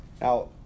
Now